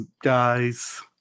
guys